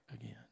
again